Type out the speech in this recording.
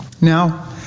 Now